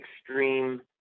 extreme